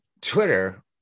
Twitter